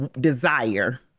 desire